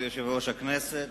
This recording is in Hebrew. כבוד יושב-ראש הכנסת,